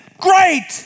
Great